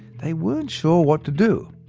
they weren't sure what to do.